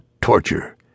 torture